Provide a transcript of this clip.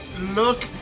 look